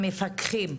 המפקחים.